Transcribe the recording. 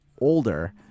older